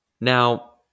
Now